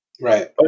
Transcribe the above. Right